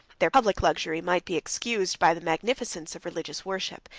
their public luxury might be excused by the magnificence of religious worship,